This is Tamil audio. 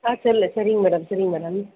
ஆ சொல்லு சரிங்க மேடம் சரிங்க மேடம்